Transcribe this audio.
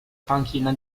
panchina